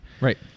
Right